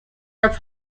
are